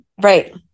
Right